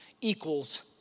equals